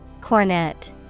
Cornet